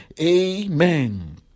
Amen